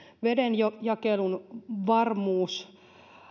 vedenjakelun varmuus